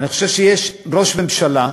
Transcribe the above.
אני חושב שיש ראש ממשלה,